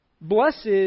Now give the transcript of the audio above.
Blessed